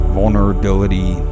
vulnerability